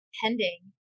pending